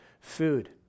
food